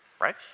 Right